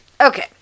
Okay